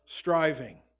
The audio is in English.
striving